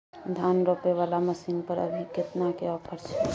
धान रोपय वाला मसीन पर अभी केतना के ऑफर छै?